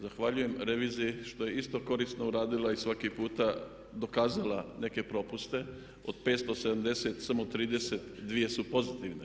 Zahvaljujem reviziji što je isto korisno uradila i svaki puta dokazala neke propuste od 570, samo 32 su pozitivne.